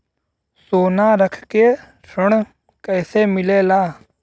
सोना रख के ऋण कैसे मिलेला?